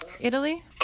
Italy